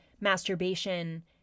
masturbation